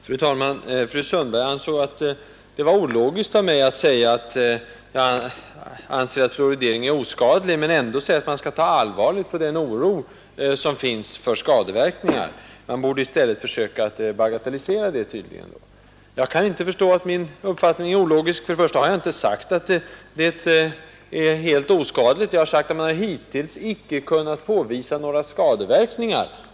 Fru talman! Fru Sundberg anser att det var ologiskt av mig att säga att fluoridering är oskadlig men ändå mena att man skall ta allvarligt på den oro för skadeverkningar som finns. Man borde tydligen i stället försöka bagatellisera oron. Jag kan inte förstå att min uppfattning är ologisk. Jag har inte sagt att fluoridering är helt oskadlig, jag har sagt att man hittills icke har kunnat påvisa några skadeverkningar.